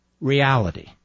reality